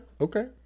okay